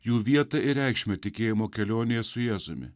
jų vietą ir reikšmę tikėjimo kelionėje su jėzumi